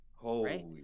Holy